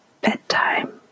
bedtime